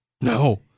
No